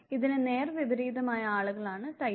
ഇതിന് നേർ വിപരീതമായ ആളുകളാണ് ടൈപ്പ് ബി